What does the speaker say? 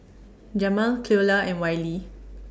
Jamaal Cleola and Wiley